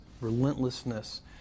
relentlessness